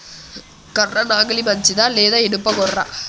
కర్ర నాగలి మంచిదా లేదా? ఇనుప గొర్ర?